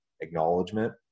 acknowledgement